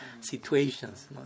situations